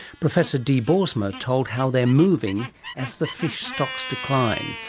professor dee boersma told how they're moving as the fish stocks decline,